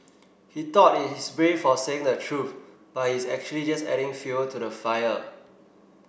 he thought he's brave for saying the truth but he's actually just adding fuel to the fire